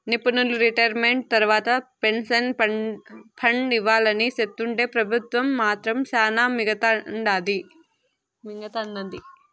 నిపునులు రిటైర్మెంట్ తర్వాత pension fund ఇవ్వాలని సెప్తుంటే పెబుత్వం మాత్రం శానా మింగతండాది